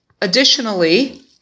Additionally